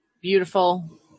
beautiful